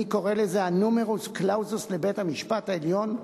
אני קורא לה הנומרוס קלאוזוס לבית-המשפט העליון,